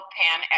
pan